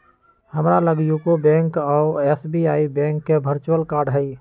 हमरा लग UCO bank आऽ एस.बी.आई बैंक के वर्चुअल कार्ड हइ